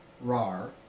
Rar